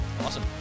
Awesome